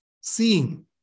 seeing